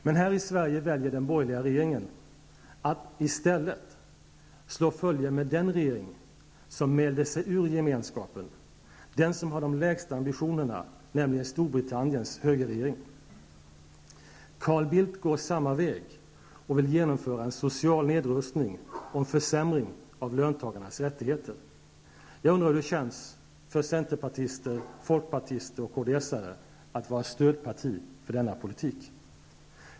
Men här i Sverige väljer den borgerliga regeringen att i stället slå följe med den regering som mälde sig ur gemenskapen, den som har de lägsta ambitionerna nämligen Storbritanniens högerregering. Carl Bildt går samma väg och vill genomföra en social nedrustning och en försämring av löntagarnas rättigheter. Jag undrar hur det känns för centerpartister, folkpartister och kds-are att vara stödparti för denna politik.